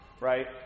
right